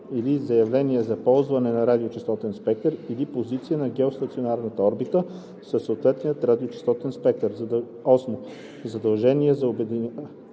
или заявление за ползване на радиочестотен спектър или позиция на геостационарната орбита със съответния радиочестотен спектър; 8. задължения за обединяване